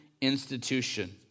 institution